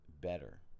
better